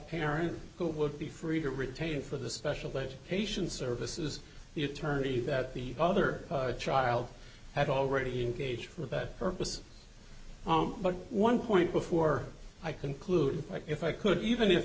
parent who would be free to retain for the special education services the attorney that the other child had already engaged for that purpose but one point before i conclude if i could